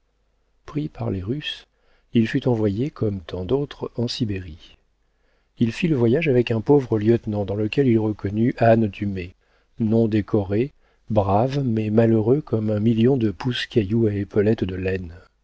pris par les russes il fut envoyé comme tant d'autres en sibérie il fit le voyage avec un pauvre lieutenant dans lequel il reconnut anne dumay non décoré brave mais malheureux comme un million de pousse cailloux à épaulettes de laine